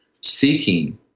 seeking